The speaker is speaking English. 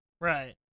Right